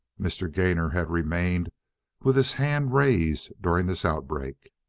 mr. gainor had remained with his hand raised during this outbreak.